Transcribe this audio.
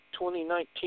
2019